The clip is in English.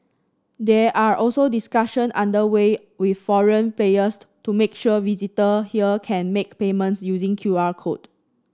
there are also discussions under way with foreign players to make sure visitor here can make payments using Q R code